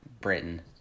Britain